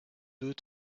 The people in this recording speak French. deux